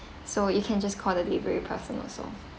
so you can just call the delivery person also